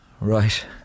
Right